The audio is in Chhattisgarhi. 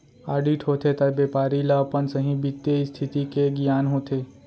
आडिट होथे त बेपारी ल अपन सहीं बित्तीय इस्थिति के गियान होथे